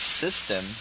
system